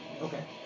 Okay